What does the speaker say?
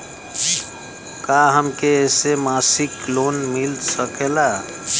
का हमके ऐसे मासिक लोन मिल सकेला?